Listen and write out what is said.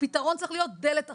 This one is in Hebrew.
הפתרון צריך להיות דלת אחת,